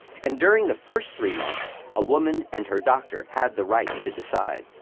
and during the first three months, a woman and her doctor had the right to decide.